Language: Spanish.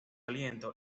aliento